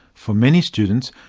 for many students,